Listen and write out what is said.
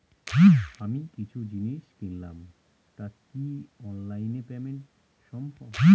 আমি কিছু জিনিস কিনলাম টা কি অনলাইন এ পেমেন্ট সম্বভ?